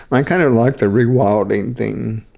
i kind of like the rewilding thing.